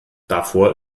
davor